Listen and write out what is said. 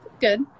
Good